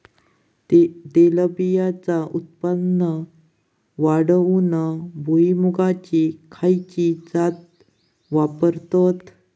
तेलबियांचा उत्पन्न वाढवूक भुईमूगाची खयची जात वापरतत?